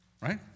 Right